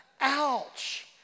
ouch